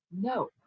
No